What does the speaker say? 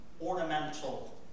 ornamental